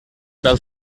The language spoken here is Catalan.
pel